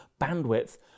bandwidth